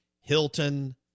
Hilton